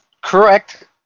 Correct